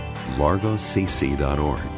Largocc.org